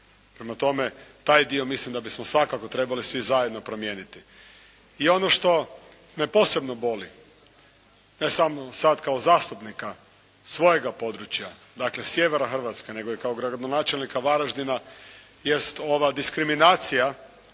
Prema tome, taj dio mislim da bismo svakako trebali svi zajedno promijeniti. I ono što me posebno boli ne samo sad kao zastupnika svojega područja, dakle sjevera Hrvatske nego i kao gradonačelnika Varaždina jest ova diskriminacija